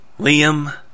Liam